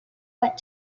what